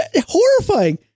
horrifying